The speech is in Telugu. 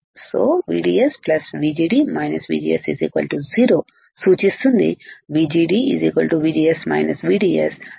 సో VDS VGD VGS 0 సూచిస్తుంది VGD VGS VDS